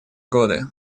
годы